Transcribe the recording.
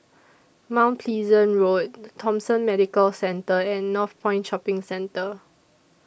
Mount Pleasant Road Thomson Medical Centre and Northpoint Shopping Centre